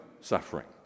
suffering